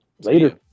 Later